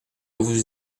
vous